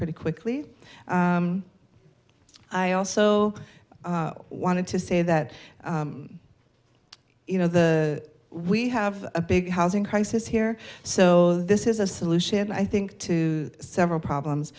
pretty quickly i also wanted to say that you know the we have a big housing crisis here so this is a solution i think to several problems